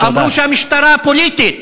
אמרו שהמשטרה פוליטית.